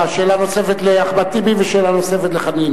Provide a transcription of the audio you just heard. כדי למידת החומר ולאחר מכן היו שאלות דומות.